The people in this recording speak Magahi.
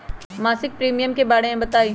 मासिक प्रीमियम के बारे मे बताई?